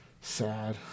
Sad